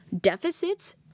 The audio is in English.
deficits